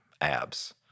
abs